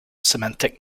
semantic